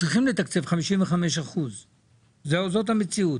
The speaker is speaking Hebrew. צריכים לתקצב 55%. זאת המציאות.